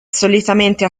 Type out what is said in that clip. solitamente